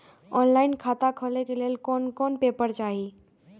Online खाता खोले के लेल कोन कोन पेपर चाही?